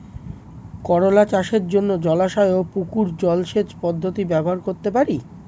করোলা চাষের জন্য জলাশয় ও পুকুর জলসেচ পদ্ধতি ব্যবহার করতে পারি?